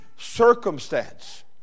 circumstance